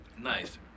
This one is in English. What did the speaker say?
Nice